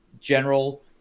general